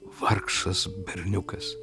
vargšas berniukas